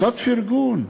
קצת פרגון.